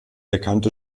erkannte